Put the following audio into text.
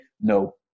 No